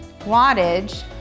wattage